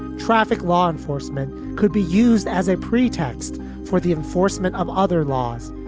traffic law enforcement could be used as a pretext for the enforcement of other laws,